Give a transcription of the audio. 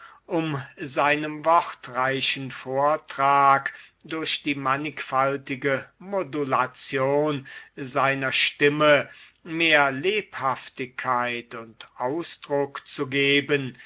um seinem wortreichen vortrag durch die manchfaltige modulation seiner stimme mehr lebhaftigkeit und ausdruck zu geben